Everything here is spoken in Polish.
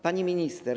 Pani Minister!